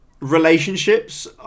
Relationships